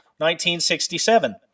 1967